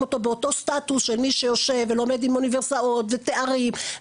אותו באותו סטטוס של מי שיושב ולומד עם אוניברסיטאות ותארים,